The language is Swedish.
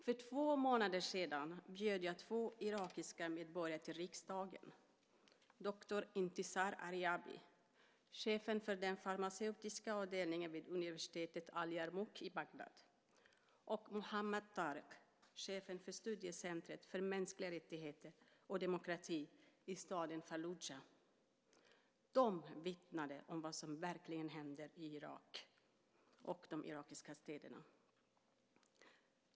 För två månader sedan bjöd jag två irakiska medborgare till riksdagen, doktor Entisar Ariabi, chefen för den farmaceutiska avdelningen vid universitetet Al Yarmouk i Bagdad, och Muhammed Tareq, chefen för studiecentret för mänskliga rättigheter och demokrati i staden Falluja. De vittnade om vad som verkligen händer i Irak och i de irakiska städerna.